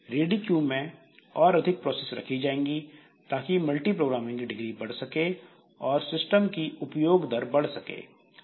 ready queue में और अधिक प्रोसेस रखी जाएंगी ताकि मल्टीप्रोग्रामिंग की डिग्री बढ़ सके और सिस्टम की उपभोग दर बढ़ सके